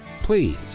Please